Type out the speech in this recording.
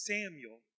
Samuel